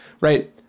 right